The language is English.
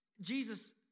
Jesus